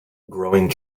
growing